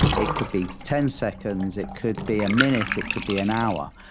it could be ten seconds. it could be a minute. it could be an hour.